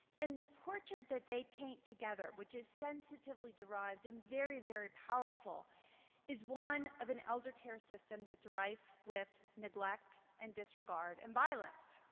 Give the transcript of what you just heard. and the portrait that they paint together which is sensitively derived and very, very powerful is one of an elder care system that's rife with neglect, and disregard, and violence.